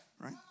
Right